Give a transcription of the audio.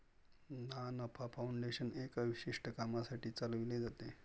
ना नफा फाउंडेशन एका विशिष्ट कामासाठी चालविले जाते